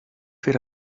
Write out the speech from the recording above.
fer